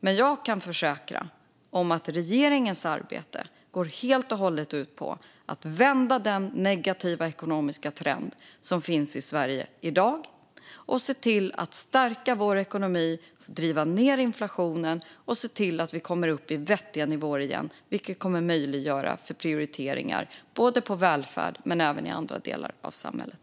Men jag kan försäkra att regeringens arbete helt och hållet går ut på att vända den negativa ekonomiska trend som finns i Sverige i dag, se till att stärka vår ekonomi och driva ned inflationen och se till att vi kommer upp i vettiga nivåer igen, vilket kommer att möjliggöra för prioriteringar både på välfärden och på andra delar av samhället.